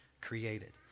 created